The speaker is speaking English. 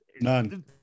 None